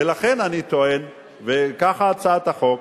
ולכן אני טוען, וכך הצעת החוק,